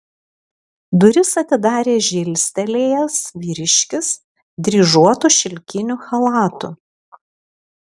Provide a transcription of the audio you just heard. duris atidarė žilstelėjęs vyriškis dryžuotu šilkiniu chalatu